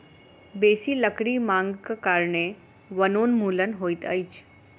बेसी लकड़ी मांगक कारणें वनोन्मूलन होइत अछि